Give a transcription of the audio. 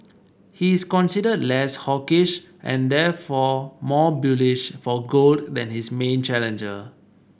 he is considered less hawkish and therefore more bullish for gold than his main challenger